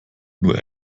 nur